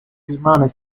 rimane